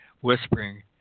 whispering